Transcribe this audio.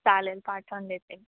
चालेल पाठवून देते